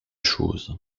chose